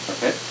Okay